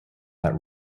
that